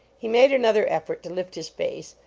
he made another effort to lift his face,